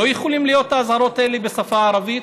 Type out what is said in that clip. לא יכולות להיות האזהרות האלה בשפה הערבית?